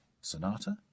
Sonata